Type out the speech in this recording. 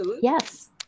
yes